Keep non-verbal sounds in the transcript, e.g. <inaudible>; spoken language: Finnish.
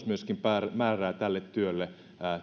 <unintelligible> myöskin määrää tälle työlle